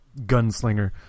gunslinger